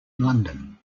london